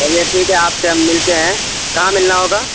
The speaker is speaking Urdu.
چلیے ٹھیک ہے آپ سے ہم ملتے ہیں کہاں ملنا ہوگا